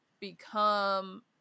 become